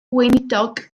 weinidog